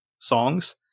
songs